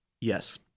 Yes